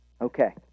Okay